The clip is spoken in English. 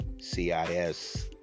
cis